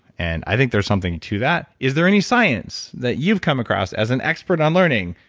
and i think there's something to that. is there any science that you've come across as an expert on learning?